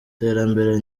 terambere